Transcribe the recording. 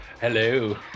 Hello